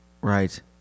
Right